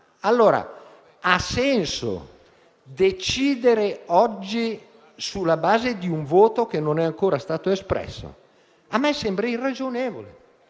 fare. Ha senso decidere oggi, sulla base di un voto che non è ancora stato espresso? A me sembra irragionevole.